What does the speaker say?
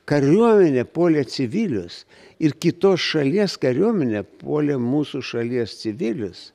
kariuomenė puolė civilius ir kitos šalies kariuomenė puolė mūsų šalies civilius